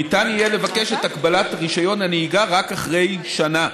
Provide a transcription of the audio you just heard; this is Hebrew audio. ניתן יהיה לבקש את הגבלת רישיון הנהיגה רק אחרי שנה.